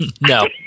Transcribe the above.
No